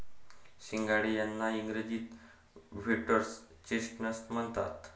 सिंघाडे यांना इंग्रजीत व्होटर्स चेस्टनट म्हणतात